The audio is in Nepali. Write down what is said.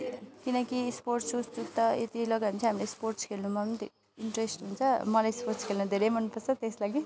किनकि स्पोर्ट्स सुज जुत्ता यति लगायो भने चाहिँ हामीलाई स्पोर्ट्स खेल्नुमा पनि धेरै इन्ट्रेस्ट हुन्छ मलाई स्पोर्ट्स खेल्न धेरै मनपर्छ त्यस लागि